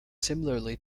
similarly